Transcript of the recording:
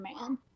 Man